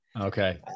okay